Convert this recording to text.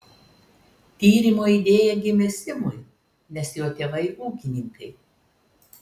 tyrimo idėja gimė simui nes jo tėvai ūkininkai